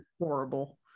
horrible